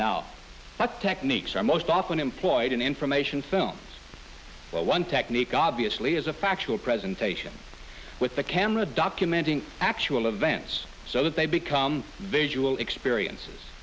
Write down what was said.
what techniques are most often employed in information films one technique obviously is a factual presentation with the camera documenting actual events so that they become visual experiences